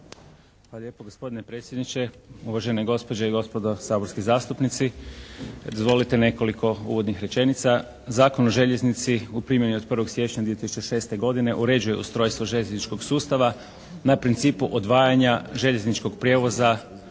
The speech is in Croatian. lijepo gospodine predsjedniče. Uvažene gospođe i gospodo saborski zastupnici. Dozvolite nekoliko uvodnih rečenica. Zakon o Željeznici u primjeni je od 1. siječnja 2006. godine. Uređuje ustrojstvo željezničkog sustava na principu odvajanja željezničkog prijevoza